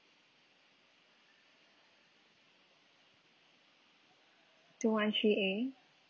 two one three